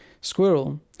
Squirrel